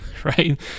right